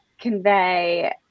convey